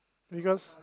because